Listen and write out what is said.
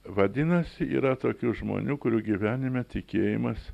vadinasi yra tokių žmonių kurių gyvenime tikėjimas